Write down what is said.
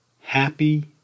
happy